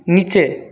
নিচে